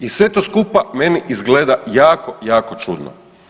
I sve to skupa meni izgleda jako, jako čudno.